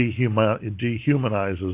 dehumanizes